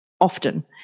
often